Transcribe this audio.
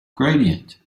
gradient